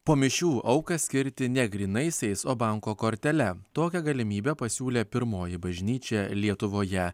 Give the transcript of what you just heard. po mišių auką skirti ne grynaisiais o banko kortele tokią galimybę pasiūlė pirmoji bažnyčia lietuvoje